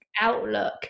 outlook